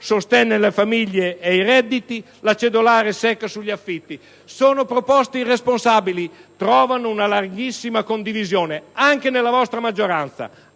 sostegno alle famiglie ed ai redditi, cedolare secca sugli affitti. Sono proposte responsabili, che trovano una larghissima condivisione anche nella vostra maggioranza.